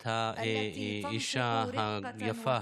את האישה היפה,